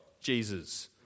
Jesus